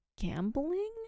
gambling